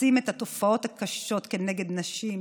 מעצים את התופעות הקשות כנגד נשים,